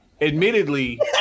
admittedly